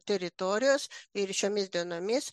teritorijos ir šiomis dienomis